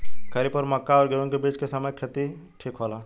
खरीफ और मक्का और गेंहू के बीच के समय खेती ठीक होला?